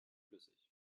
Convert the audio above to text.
flüssig